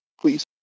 please